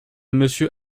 monsieur